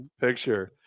picture